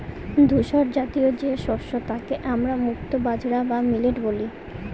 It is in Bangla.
ধূসরজাতীয় যে শস্য তাকে আমরা মুক্তো বাজরা বা মিলেট বলি